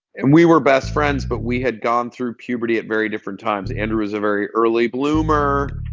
and we were best friends, but we had gone through puberty at very different times. andrew was a very early bloomer.